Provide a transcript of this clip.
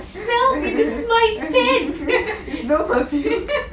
smells is my center